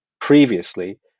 previously